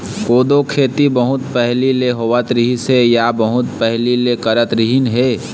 कोदो खेती बहुत पहिली ले होवत रिहिस हे या बहुत पहिली ले करत रिहिन हे